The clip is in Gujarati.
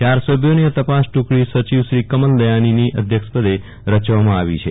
ચાર સભ્યોની આ તપાસ ટૂકડો સચિવ શ્રી કમલદયાની ની અધ્યક્ષ પદે રચવામાં આવી છે